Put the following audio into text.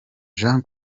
jean